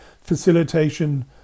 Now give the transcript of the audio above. facilitation